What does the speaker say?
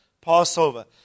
Passover